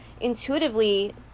intuitively